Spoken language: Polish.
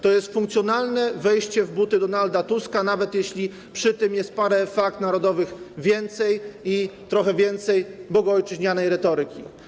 To jest funkcjonalne wejście w buty Donalda Tuska, nawet jeśli przy tym jest parę flag narodowych więcej i trochę więcej bogoojczyźnianej retoryki.